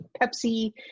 Pepsi